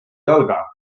jalga